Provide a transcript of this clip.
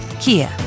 Kia